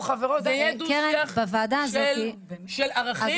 נו חברות -- זה יהיה דו שיח של ערכים